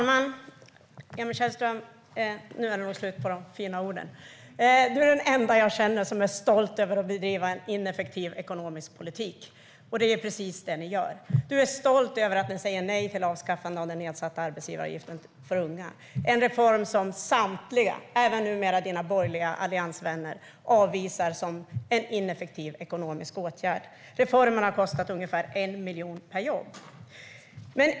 Herr talman! Nu är det slut på de fina orden, Emil Källström. Du är den enda jag känner som är stolt över att bedriva en ineffektiv ekonomisk politik, vilket är precis vad ni gör. Du är stolt över att ni säger nej till avskaffandet av den nedsatta arbetsgivaravgiften för unga. Det är en reform som samtliga, även numera dina borgerliga alliansvänner, avvisar som en ineffektiv ekonomisk åtgärd. Reformen har kostat ungefär 1 miljon per jobb.